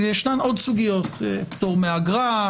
יש עוד סוגיות פטור מאגרה,